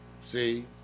See